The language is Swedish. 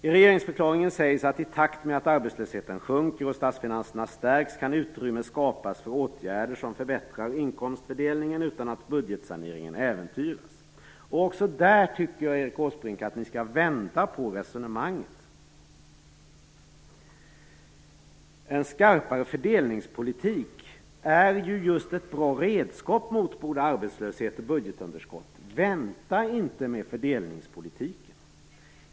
I regeringsförklaringen sägs att i takt med att arbetslösheten sjunker och statsfinanserna stärks kan utrymme skapas för åtgärder som förbättrar inkomstfördelningen utan att budgetsaneringen äventyras. Också på den punkten, Erik Åsbrink, tycker jag att ni skall vända på resonemanget. En skarpare fördelningspolitik är ju just ett bra redskap mot både arbetslöshet och budgetunderskott. Vänta inte med fördelningspolitiken!